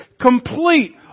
complete